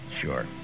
Sure